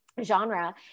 genre